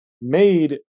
made